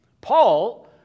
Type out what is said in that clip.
Paul